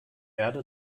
erde